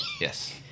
Yes